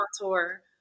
tour